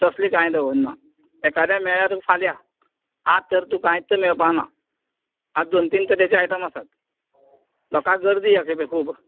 तसलें कांय दवरना एकादें मेळ्यार तुका फाल्यां आज तर तुका कांयच मेळपाना आज दोन तीन तरेचे आयटम आसात लोकांक गर्दी ह्या खेपें खूब